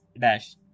dash